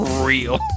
real